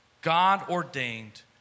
God-ordained